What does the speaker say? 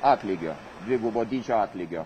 atlygio dvigubo dydžio atlygio